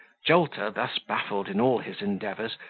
jolter, thus baffled in all his endeavours,